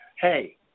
hey